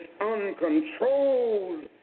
uncontrolled